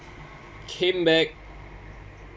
came back